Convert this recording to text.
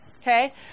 okay